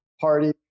party